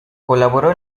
colaboró